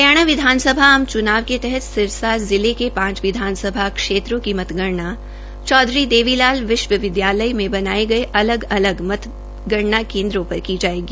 हरियाणा विधानसभा आम चूनाव के तहत सिरसा जिले के पांच विधानसभा क्षेत्रों की मतगणना चौधरी देवी लाल विश्वविदयालय में बनाये गये अलग अलग मतगणना केन्द्रों पर की जायेगी